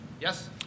Yes